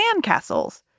sandcastles